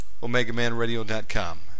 OmegaManRadio.com